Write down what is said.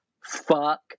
fuck